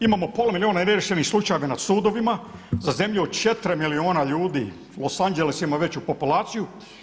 Imamo pola milijuna neriješenih slučajeva na sudovima za zemlju od 4 milijuna ljudi, Los Angeles ima veću populaciju.